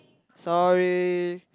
sorry